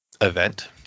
event